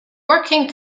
working